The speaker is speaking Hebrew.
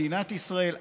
מדינת ישראל,